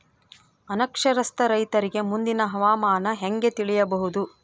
ಅನಕ್ಷರಸ್ಥ ರೈತರಿಗೆ ಮುಂದಿನ ಹವಾಮಾನ ಹೆಂಗೆ ತಿಳಿಯಬಹುದು?